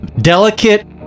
delicate